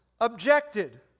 objected